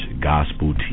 gospel